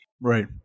Right